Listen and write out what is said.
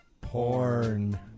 Porn